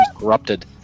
corrupted